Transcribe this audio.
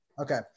Okay